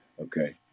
Okay